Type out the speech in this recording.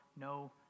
no